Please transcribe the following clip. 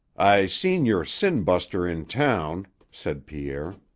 i seen your sin-buster in town, said pierre.